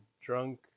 drunk